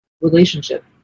relationship